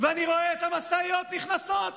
אני רואה את המשאיות נכנסות